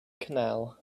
canal